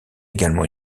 également